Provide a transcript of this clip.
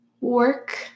work